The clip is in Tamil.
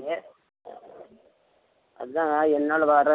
இதே அதுதாங்க என்னால் வர